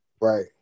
Right